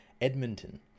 edmonton